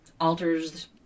alters